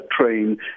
train